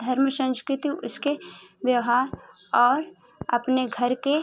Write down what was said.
धर्म संस्कृति उसके व्यवहार और अपने घर के